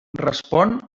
respon